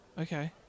Okay